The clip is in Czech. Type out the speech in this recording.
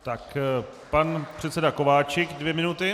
Tak, pan předseda Kováčik dvě minuty.